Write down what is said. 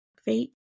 fate